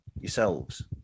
yourselves